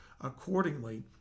accordingly